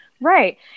right